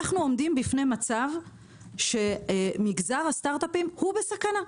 אנחנו עומדים בפני מצב שמגזר הסטארטאפים בסכנה,